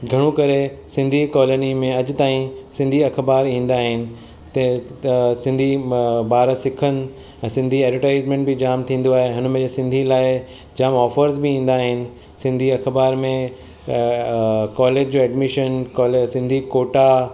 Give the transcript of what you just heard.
घणो करे सिंधी कॉलोनी में अॼु ताईं सिंधी अख़बार ईंदा आहिनि त त सिंधी म ॿार सिखनि सिंधी ऐडवरटाइज़मेंट बि जाम थींदो आहे हुनमें सिंधी लाइ जाम ऑफर्स बि ईंदा आहिनि सिंधी अख़बार में अ कॉलेज जो एडमिशन कॉलेज सिंधी कोटा